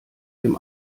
dem